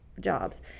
jobs